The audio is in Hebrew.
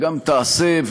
וגם תעשה,